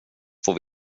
får